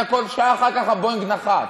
שעה אחר כך הבואינג נחת.